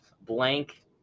blank